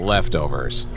leftovers